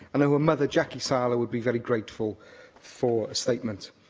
i know her mother, jackie saleh, would be very grateful for a statement.